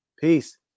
peace